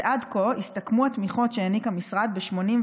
ועד כה הסתכמו התמיכות שהעניק המשרד ב-87